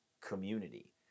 community